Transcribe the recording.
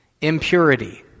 impurity